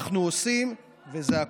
אנחנו עושים, וזה הכול.